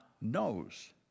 knows